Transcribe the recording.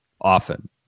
often